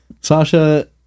Sasha